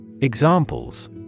Examples